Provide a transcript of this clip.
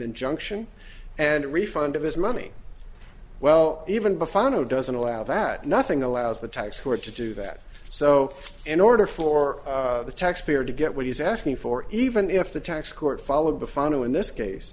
injunction and refund of his money well even before the no doesn't allow that nothing allows the tax court to do that so in order for the taxpayer to get what he's asking for even if the tax court followed the funnel in this case